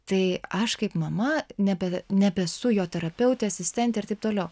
tai aš kaip mama nebe nebesu jo terapeutė asistentė ir taip toliau